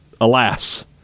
alas